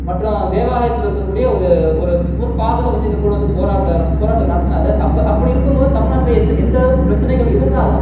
மற்றும் தேவாலயத்தில் இருக்கக்கூடிய ஒரு ஒரு ஒரு ஃபாதரும் வந்து எங்கள் கூட வந்து போராட்டம் நடத்துனார் அப்போ அப்படி இருக்கும்போது தமிழ்நாட்டில் எந் எந்தளவுக்கு பிரச்சினைகள் இருந்தாலும்